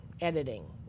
editing